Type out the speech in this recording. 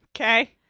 Okay